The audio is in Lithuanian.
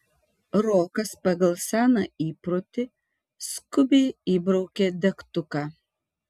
rokas pagal seną įprotį skubiai įbraukė degtuką